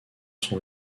son